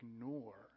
ignore